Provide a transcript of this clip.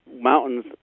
mountains